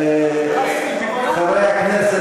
חברי הכנסת,